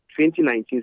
2019